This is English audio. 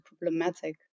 problematic